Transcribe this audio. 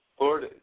Lord